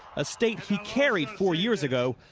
a state he carried four years ago,